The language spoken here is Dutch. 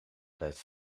blijft